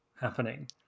happening